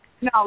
No